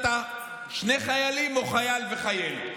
זה שני חיילים או חייל וחיילת,